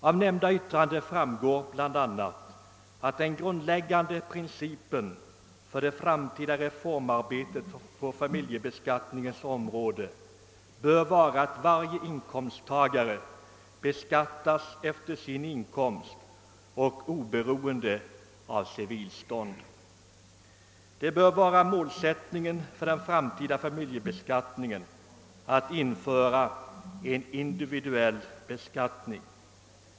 Av nämnda yttrande framgår bl.a. att den grundläggande principen för det framtida reformarbetet på familjebeskattningens område bör vara att varje inkomsttagare beskattas efter sin inkomst och oberoende av = civilstånd. Målsättningen för den framtida familjebeskattningen bör vara att åstadkomma en individuell beskattning.